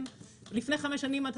לפני חמש שנים,